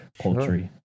poultry